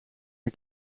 een